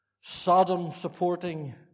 Sodom-supporting